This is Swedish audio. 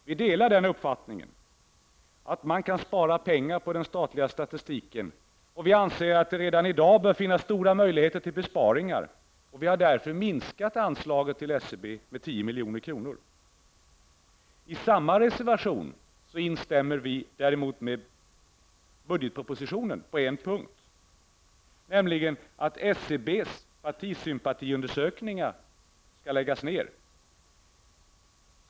Vi delar uppfattningen att man kan spara pengar på den statliga statistiken, och vi anser att det redan i dag bör finnas stora möjligheter till besparingar. Vi har därför föreslagit en minskning av anslaget till SCB med 10 milj.kr. I samma reservation instämmer vi däremot med budgetpropositionen på en punkt, nämligen i vad som sägs om att SCBs partisympatiundersökningar skall läggas ned.